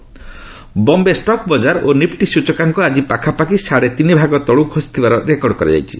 stock close Bombay stock ବଜାର ଓ Nifty ସୂଚକାଙ୍କ ଆଜି ପାଖାପାଖି ସାଢ଼େ ତିନି ଭାଗ ତଳକୁ ଖସିଥିବାର ରେକର୍ଡ କରାଯାଇଛି